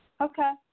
okay